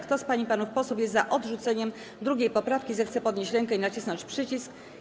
Kto z pań i panów posłów jest odrzuceniem 2. poprawki, zechce podnieść rękę i nacisnąć przycisk.